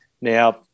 Now